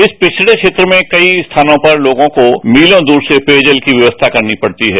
इस पिछड़े क्षेत्र में कई स्थानों पर लोगों को मीलो दूर से पेयजल की व्यवस्था करनी पड़ती है